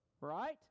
right